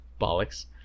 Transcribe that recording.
Bollocks